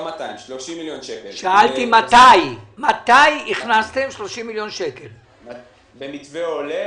במתווה עולה,